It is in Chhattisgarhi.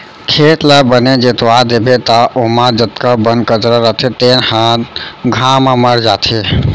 खेत ल बने जोतवा देबे त ओमा जतका बन कचरा रथे तेन ह घाम म मर जाथे